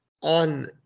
on